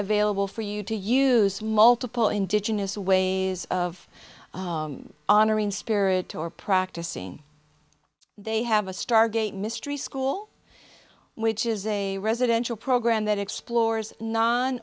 available for you to use multiple indigenous ways of honoring spirit or practicing they have a stargate mystery school which is a residential program that explores non